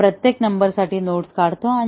आपण त्या प्रत्येक नंबरसाठी नोड्स काढतो